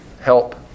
help